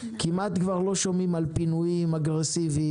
כמעט כבר לא שומעים על פינויים אגרסיביים,